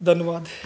ਧੰਨਵਾਦ